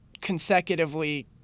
consecutively